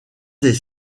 des